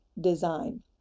design